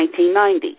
1990